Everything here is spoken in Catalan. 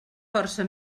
força